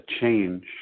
change